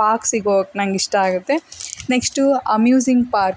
ಪಾರ್ಕ್ಸಿಗೆ ಹೋಗೋಕ್ ನನಗಿಷ್ಟ ಆಗುತ್ತೆ ನೆಕ್ಸ್ಟು ಅಮ್ಯೂಝಿನ್ಗ್ ಪಾರ್ಕ್